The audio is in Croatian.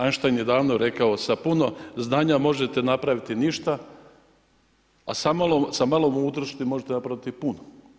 Einstein je davno rekao sa puno znanja možete napraviti ništa, a sa malo mudrosti možete napraviti puno.